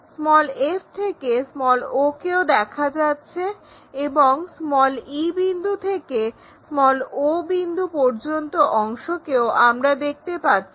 f থেকে o কেও দেখা যাচ্ছে এবং e বিন্দু থেকে o বিন্দু পর্যন্ত অংশকেও আমরা দেখতে পাচ্ছি